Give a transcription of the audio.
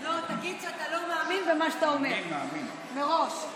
אדוני היושב-ראש, חבריי חברי הכנסת, בבקשה,